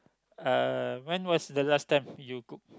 uh when was the last time you cook